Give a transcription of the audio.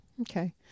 Okay